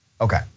Okay